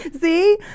See